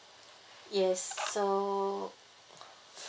yes so